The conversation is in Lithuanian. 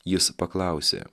jis paklausė